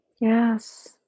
Yes